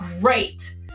great